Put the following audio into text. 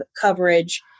coverage